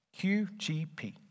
QGP